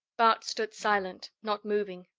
bart stood silent, not moving.